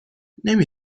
نمی